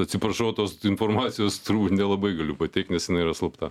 atsiprašau tos informacijos turbūt nelabai galiu pateikt nes jinai yra slapta